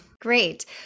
Great